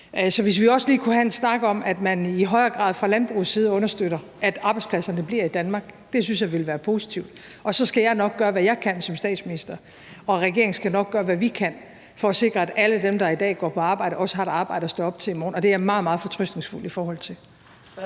Så hvis vi også lige kunne have en snak om, at man i højere grad fra landbrugets side understøtter, at arbejdspladserne bliver i Danmark; det synes jeg ville være positivt. Og så skal jeg nok gøre, hvad jeg kan som statsminister, og regeringen skal nok gøre, hvad vi kan for at sikre, at alle dem, der i dag går på arbejde, også har et arbejde at stå op til i morgen, og det er jeg meget, meget fortrøstningsfuld i forhold til.